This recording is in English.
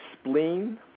spleen